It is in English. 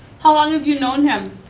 how long have you known him?